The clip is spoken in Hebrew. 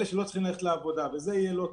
אלה שלא צריכים ללכת לעבודה, וזה יהיה לא טוב.